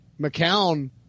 McCown